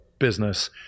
business